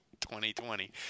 2020